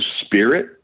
spirit